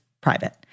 private